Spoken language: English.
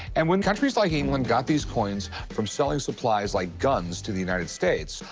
and when countries like england got these coins from selling supplies like guns to the united states,